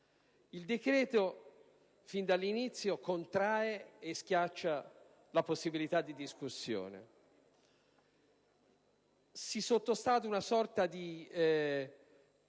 Il decreto-legge sin dall'inizio contrae e schiaccia la possibilità di discussione. Si sottosta ad una sorta di